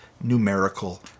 numerical